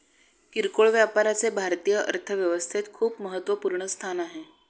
किरकोळ व्यापाराचे भारतीय अर्थव्यवस्थेत खूप महत्वपूर्ण स्थान आहे